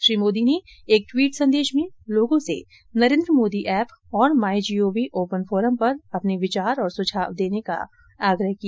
श्री मोदी ने एक ट्वीट संदेश में लोगों से नरेन्द्र मोदी ऐप और my G O V open forum पर अपने विचार और सुझाव देने का आग्रह किया